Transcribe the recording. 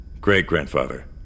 Great-grandfather